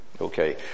Okay